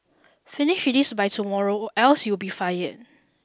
finish this by tomorrow or else you'll be fired